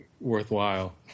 worthwhile